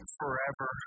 forever